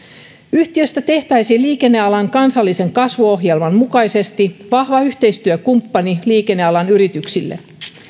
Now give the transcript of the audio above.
yhtiöstä tehtäisiin liikennealan kansallisen kasvuohjelman mukaisesti vahva yhteistyökumppani liikennealan yrityksille